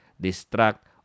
distract